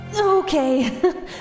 Okay